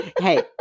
Hey